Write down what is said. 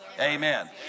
Amen